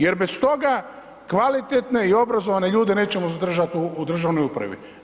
Jer bez toga kvalitetne i obrazovane ljude nećemo zadržati u državnoj upravi.